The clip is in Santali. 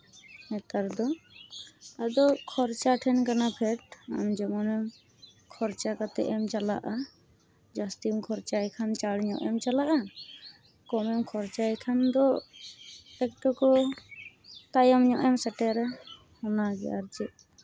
ᱱᱮᱛᱟᱨ ᱫᱚ ᱟᱫᱚ ᱠᱷᱚᱨᱪᱟ ᱴᱷᱮᱱ ᱠᱟᱱᱟ ᱯᱷᱮᱰ ᱡᱮᱢᱚᱱᱮᱢ ᱠᱷᱚᱨᱪᱟ ᱠᱟᱛᱮᱜ ᱮᱢ ᱪᱟᱞᱟᱜᱼᱟ ᱡᱟᱹᱥᱛᱤᱢ ᱠᱷᱚᱨᱪᱟᱭ ᱠᱷᱟᱱ ᱪᱟᱬ ᱧᱚᱜ ᱮᱢ ᱪᱟᱞᱟᱜᱼᱟ ᱠᱚᱢᱮᱢ ᱠᱷᱚᱨᱪᱟᱭ ᱠᱷᱟᱱ ᱫᱚ ᱮᱠᱴᱩᱠᱩ ᱛᱟᱭᱚᱢ ᱧᱚᱜ ᱮᱢ ᱥᱮᱴᱮᱨᱟ ᱚᱱᱟᱜᱮ ᱟᱨ ᱪᱮᱫ